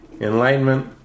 Enlightenment